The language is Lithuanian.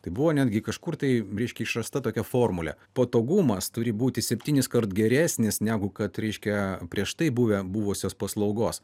tai buvo netgi kažkur tai reiškia išrasta tokia formulė patogumas turi būti septyniskart geresnis negu kad reiškia prieš tai buvę buvusios paslaugos